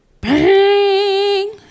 Bang